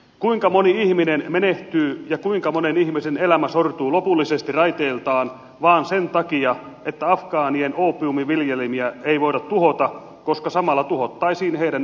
kuinka moni ihminen menehtyy ja kuinka monen ihmisen elämä sortuu lopullisesti raiteiltaan vain sen takia että afgaanien oopiumiviljelmiä ei voida tuhota koska samalla tuhottaisiin heidän elantonsa